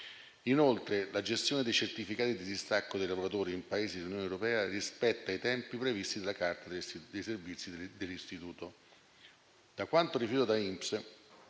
inoltre, la gestione dei certificati di distacco dei lavoratori in Paesi dell'Unione europea rispetta i tempi previsti dalla Carta dei servizi dell'istituto.